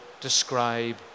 describe